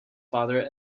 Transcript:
father